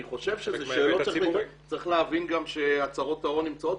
אני חושב שאלה שאלות ש צריך להבין גם שהצהרות ההון נמצאות